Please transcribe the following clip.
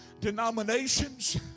denominations